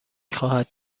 خواهد